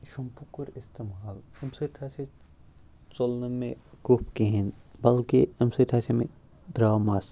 shampoo کوٚر استعمال اَمہِ سۭتۍ ہَسا ژوٚل نہٕ مےٚ کُف کِہیٖنۍ بلکہِ اَمہِ سۭتۍ ہَسا مےٚ درٛاو مَس